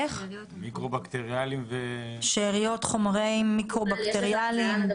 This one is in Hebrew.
שאריות מיקרו בקטריאליים?